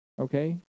Okay